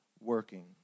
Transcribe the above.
working